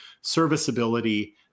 serviceability